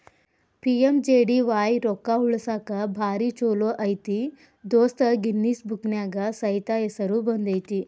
PMJDY ರೊಕ್ಕಾ ಉಳಸಾಕ ಭಾರಿ ಛೋಲೋ ಐತಿ ದೋಸ್ತ ಗಿನ್ನಿಸ್ ಬುಕ್ನ್ಯಾಗ ಸೈತ ಹೆಸರು ಬಂದೈತಿ